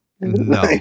No